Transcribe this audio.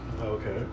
Okay